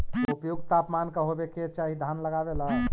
उपयुक्त तापमान का होबे के चाही धान लगावे ला?